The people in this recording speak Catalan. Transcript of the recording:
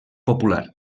popular